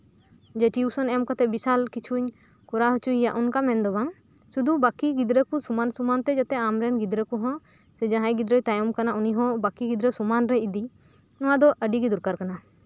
ᱡᱮ ᱴᱤᱭᱩᱥᱚᱱ ᱮᱢ ᱠᱟᱛᱮᱫ ᱡᱮ ᱵᱤᱥᱟᱞ ᱠᱤᱪᱷᱩᱧ ᱠᱚᱨᱟᱣ ᱦᱚᱪᱚᱭᱮᱭᱟ ᱚᱱᱠᱟ ᱢᱮᱱ ᱫᱚ ᱵᱟᱝ ᱥᱩᱫᱷᱩ ᱵᱟᱹᱠᱤ ᱜᱤᱫᱽᱨᱟᱹ ᱠᱚ ᱥᱚᱢᱟᱱ ᱥᱚᱢᱟᱱᱛᱮ ᱟᱢᱨᱮᱱ ᱜᱤᱫᱽᱨᱟᱹ ᱥᱮ ᱡᱟᱦᱟᱸᱭ ᱜᱤᱫᱽᱨᱟᱹ ᱛᱟᱭᱚᱢ ᱠᱟᱟᱱᱟᱭ ᱩᱱᱤᱦᱚᱸ ᱵᱟᱹᱠᱤ ᱜᱤᱫᱽᱨᱟᱹ ᱥᱚᱢᱟᱱᱨᱮ ᱤᱫᱤ ᱱᱚᱶᱟ ᱫᱚ ᱟᱹᱰᱤᱜᱮ ᱫᱚᱨᱠᱟᱨ ᱠᱟᱱᱟ